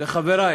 לחברי